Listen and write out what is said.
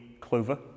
clover